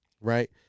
right